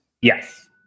Yes